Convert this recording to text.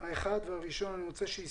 נשמח שתגיד את דעתך על כל מה שקורה כאן בתור